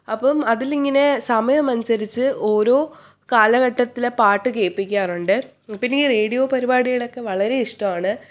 അപ്പം അതിലിങ്ങനെ സമയം അനുസരിച്ച് ഓരോ കാലഘട്ടത്തിലെ പാട്ട് കേൾപ്പിക്കാറുണ്ട് പിന്നെ ഈ റേഡിയോ പരിപാടികളൊക്കെ വളരെ ഇഷ്ടമാണ്